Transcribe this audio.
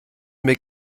mir